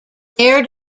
there